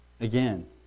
again